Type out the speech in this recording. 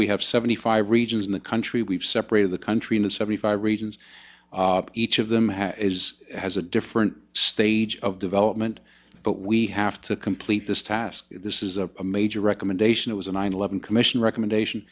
we have seventy five regions in the country we have separate of the country in the seventy five regions each of them has is has a different stage of development but we have to complete this task this is a major recommendation it was a nine eleven commission recommendation